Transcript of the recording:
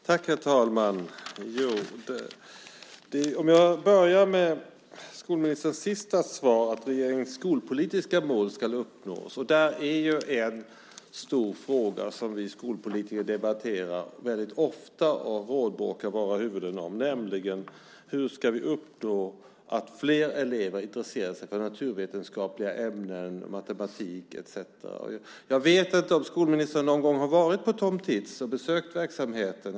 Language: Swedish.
Herr talman! Jag börjar med det sista i skolministerns svar, att regeringens skolpolitiska mål ska uppnås. Det finns ju en stor fråga som vi skolpolitiker debatterar väldigt ofta och rådbråkar våra huvuden om, nämligen: Hur ska vi uppnå att fler elever intresserar sig för naturvetenskapliga ämnen, matematik etcetera? Jag vet inte om skolministern någon gång har varit på Tom Tits och besökt verksamheten.